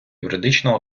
юридична